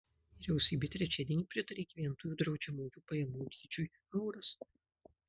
vyriausybė trečiadienį pritarė gyventojų draudžiamųjų pajamų dydžiui euras